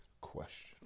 question